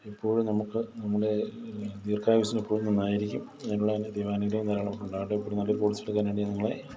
ഇപ്പോഴും നമ്മൾക്ക് നമ്മുടെ ദീർഘായുസിന് എപ്പോഴും നന്നായിരിക്കും നിങ്ങളെ ദൈവാനുഗ്രഹം ധാരാളം ഉണ്ടാകട്ടെ ഇപ്പോൾ ഒരു നല്ലൊരു പോളിസിയെടുക്കാനായിട്ട് നിങ്ങളെ